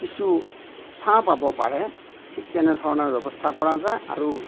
কিছু ছাঁ পাব পাৰে ঠিক তেনে ধৰণৰ ব্য়ৱস্থা কৰা যায় আৰু